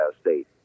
State